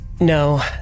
No